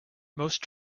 most